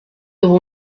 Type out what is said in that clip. tuvo